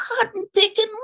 cotton-picking